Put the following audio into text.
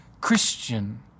Christian